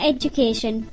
Education